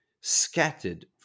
scattered